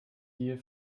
gier